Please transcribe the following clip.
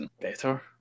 better